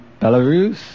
Belarus